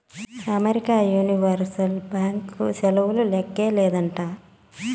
America universal బ్యాంకీ సేవలకు లేక్కే లేదంట